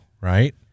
right